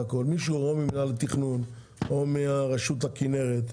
מישהו או ממינהל התכנון או מרשות הכנרת.